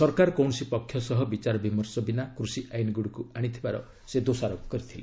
ସରକାର କୌଣସି ପକ୍ଷ ସହ ବିଚାରବିମର୍ଶ ବିନା କୃଷି ଆଇନଗୁଡ଼ିକୁ ଆଶିଥିବାର ସେ ଦୋଷାରୋପ କରିଥିଲେ